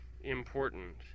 important